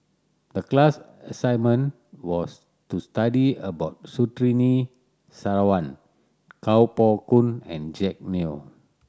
the class assignment was to study about Surtini Sarwan Kuo Pao Kun and Jack Neo